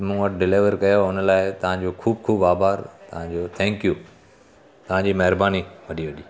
मूं वटि डिलीवर कयो हुन लाइ तव्हांजो ख़ूब ख़ूब आभार तव्हांजो थैंक्यू तव्हांजी महिरबानी वॾी वॾी